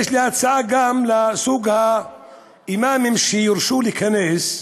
יש לי הצעה גם לסוג האימאמים שיורשו להיכנס.